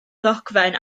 ddogfen